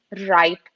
right